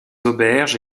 auberges